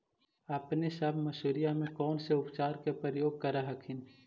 अपने सब मसुरिया मे कौन से उपचार के प्रयोग कर हखिन?